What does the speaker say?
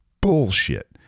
bullshit